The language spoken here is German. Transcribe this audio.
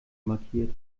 markiert